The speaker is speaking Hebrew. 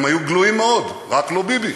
הם היו גלויים מאוד: רק לא ביבי,